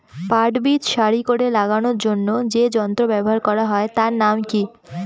পাট বীজ সারি করে লাগানোর জন্য যে যন্ত্র ব্যবহার হয় তার নাম কি?